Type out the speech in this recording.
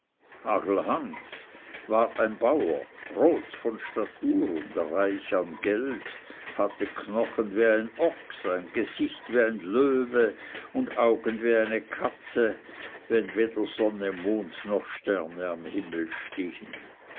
hagelhans war ein bauer groß von statur und reich an geld hatte knochen wie ein ochs ein gesicht wie ein löwe und augen wie eine katze wenn weder sonne mond noch sterne am himmel stehen